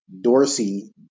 Dorsey